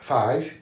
five